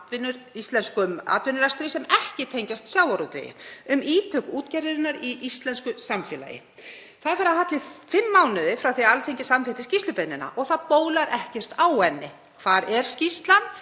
íslenskum atvinnurekstri sem ekki tengjast sjávarútvegi, um ítök útgerðarinnar í íslensku samfélagi. Það fer að halla í fimm mánuði frá því að Alþingi samþykkti skýrslubeiðnina og það bólar ekkert á henni. Hvar er skýrslan?